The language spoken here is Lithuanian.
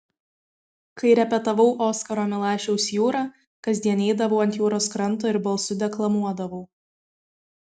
kai repetavau oskaro milašiaus jūrą kasdien eidavau ant jūros kranto ir balsu deklamuodavau